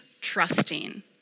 trusting